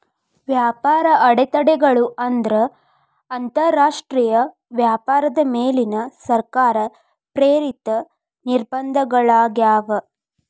ವ್ಯಾಪಾರ ಅಡೆತಡೆಗಳು ಅಂದ್ರ ಅಂತರಾಷ್ಟ್ರೇಯ ವ್ಯಾಪಾರದ ಮೇಲಿನ ಸರ್ಕಾರ ಪ್ರೇರಿತ ನಿರ್ಬಂಧಗಳಾಗ್ಯಾವ